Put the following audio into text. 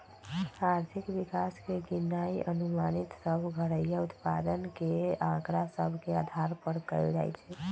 आर्थिक विकास के गिननाइ अनुमानित सभ घरइया उत्पाद के आकड़ा सभ के अधार पर कएल जाइ छइ